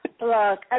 Look